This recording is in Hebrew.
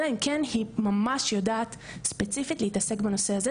אלא אם כן היא ממש יודעת ספציפית להתעסק בנושא הזה,